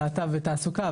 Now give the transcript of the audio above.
להט"ב ותעסוקה,